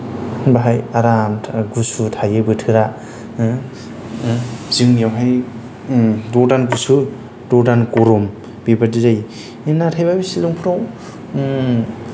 बेहाय आराम गुसु थायो बोथोरा जोंनियावहाय द' दान गुसु द' दान गरम बेबायदि जायो नाथायबा बे शिलंफोराव